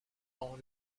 dans